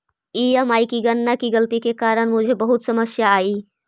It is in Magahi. ई.एम.आई की गणना की गलती के कारण मुझे बहुत समस्या आई